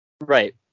Right